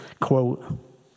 Quote